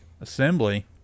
assembly